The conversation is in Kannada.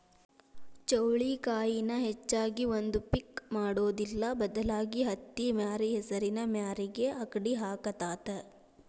ಚೌಳಿಕಾಯಿನ ಹೆಚ್ಚಾಗಿ ಒಂದ ಪಿಕ್ ಮಾಡುದಿಲ್ಲಾ ಬದಲಾಗಿ ಹತ್ತಿಮ್ಯಾರಿ ಹೆಸರಿನ ಮ್ಯಾರಿಗೆ ಅಕ್ಡಿ ಹಾಕತಾತ